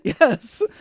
Yes